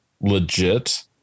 legit